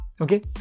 okay